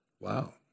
Wow